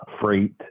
freight